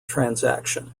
transaction